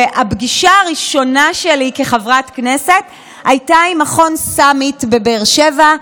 הפגישה הראשונה שלי כחברת כנסת הייתה עם מכון סאמיט בבאר שבע.